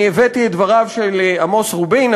אני הבאתי את דבריו של עמוס רובין,